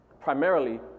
primarily